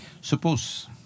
Suppose